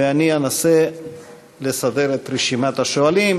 ואני אנסה לסדר את רשימת השואלים.